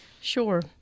Sure